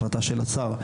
החלטה של השר,